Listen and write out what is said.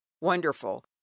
wonderful